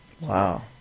Wow